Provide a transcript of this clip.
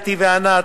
אתי וענת,